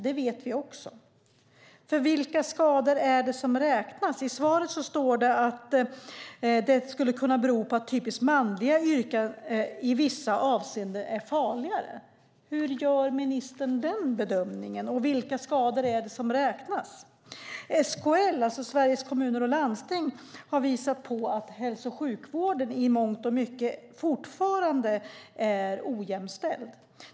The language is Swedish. Det vet vi också, för vilka skador är det som räknas? I svaret står det att det skulle kunna bero på att typiskt manliga yrken i vissa avseenden är farligare. Hur gör ministern den bedömningen, och vilka skador är det som räknas? SKL - Sveriges Kommuner och Landsting - har visat att hälso och sjukvården i mångt och mycket fortfarande är ojämställd.